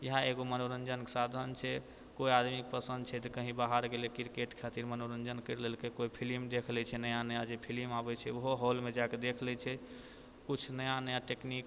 इएहे एकगो मनोरञ्जनके साधन छै कोइ आदमीके पसन्द छै तऽ कहीं बाहर गेलै क्रिकेट खातिर मनोरञ्जन करि लेलकै फिल्म देखि लै छै नया नया जे फिल्म आबै छै उहो हॉलमे जाकऽ देख लै छै किछु नया नया टेकनीक